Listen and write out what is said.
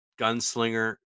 gunslinger